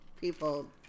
people